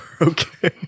Okay